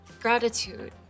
gratitude